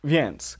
Więc